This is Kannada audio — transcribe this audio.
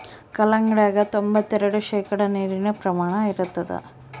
ಕಲ್ಲಂಗಡ್ಯಾಗ ತೊಂಬತ್ತೆರೆಡು ಶೇಕಡಾ ನೀರಿನ ಪ್ರಮಾಣ ಇರತಾದ